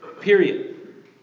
Period